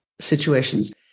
situations